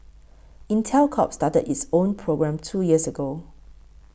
Intel Corp started its own program two years ago